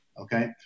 okay